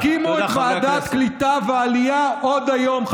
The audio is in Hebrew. תקימו את ועדת הקליטה והעלייה עוד היום,